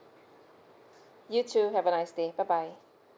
you too have a nice day bye bye